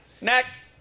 Next